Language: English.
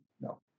No